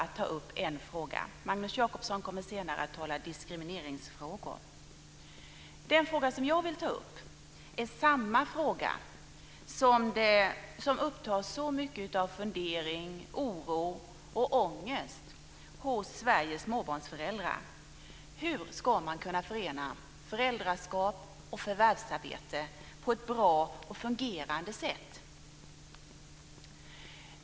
Magnus Jacobsson kommer senare att tala om diskrimineringsfrågor. Den fråga jag vill ta upp är samma fråga som orsakar så mycket av fundering, oro och ångest hos Sveriges småbarnsföräldrar: Hur ska man kunna förena föräldraskap och förvärvsarbete på ett bra och fungerande sätt?